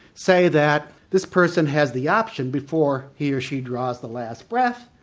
say, that this person has the option before he or she draws the last breath,